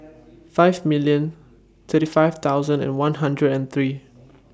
five million thirty five thousand and one hundred and three